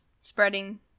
spreading